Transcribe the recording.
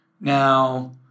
Now